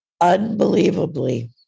unbelievably